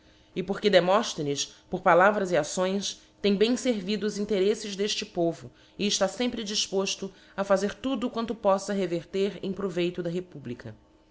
e porque demofthenes por palavras e acções tem bem fervido os interelves defte povo e eftá fempre difpoftc a fazer tudo quanto polta reverter em proveito da republica